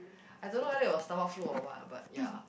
I don't know whether it was stomach flu or what but ya